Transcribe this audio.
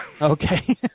Okay